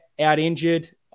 out-injured